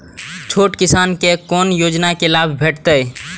छोट किसान के कोना योजना के लाभ भेटते?